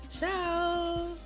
ciao